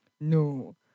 No